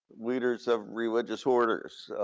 leaders of religious orders,